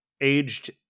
aged